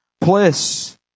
place